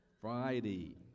Friday